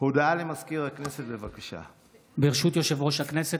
ג / מושב ראשון / ישיבות ו'